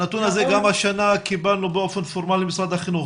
הנתון הזה גם השנה קיבלנו באופן פורמלי ממשרד החינוך,